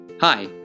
Hi